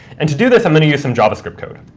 and to do this, i'm going to use some javascript code.